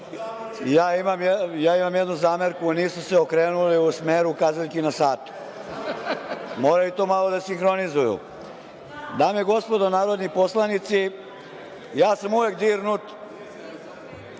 ja imam jednu zamerku, nisu se okrenuli u smeru kazaljki na satu. Moraju i to malo da sihronizuju. Dame i gospodo narodni poslanici, ja sam uvek dirnut